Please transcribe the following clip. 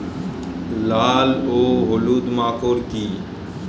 লাল ও হলুদ মাকর কী?